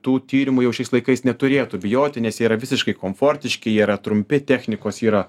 tų tyrimų jau šiais laikais neturėtų bijoti nes jie yra visiškai komfortiški jie yra trumpi technikos yra